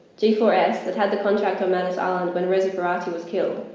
g four s that had the contract on manus island when reza berati was killed,